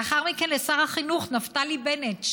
לאחר מכן לשר החינוך נפתלי בנט,